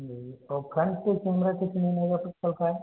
और फ्रेंट के कैमरा कितने मेगापिक्सल का है